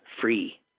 free